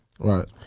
Right